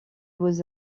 beaux